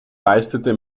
leistete